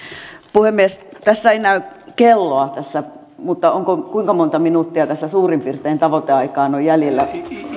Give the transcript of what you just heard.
puhemies tässä ei näy kelloa mutta kuinka monta minuuttia tässä suurin piirtein tavoiteaikaa on on jäljellä